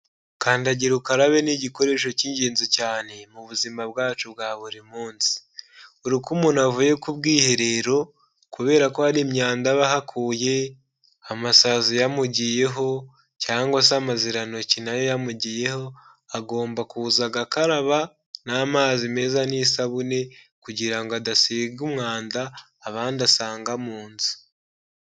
Kandagira ukarabe ni igikoresho cy'ingenzi cyane mu buzima bwacu bwa buri munsi, buri uko umuntu avuye ku bwiherero, kubera ko hari imyanda aba akuye, amasazi yamugiyeho, cyangwa se amazirantoki nayo yamugiyeho, agomba kuza agakaraba n'amazi meza n'isabune kugira ngo adasiga umwanda abandi asanga mu nzu.